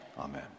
Amen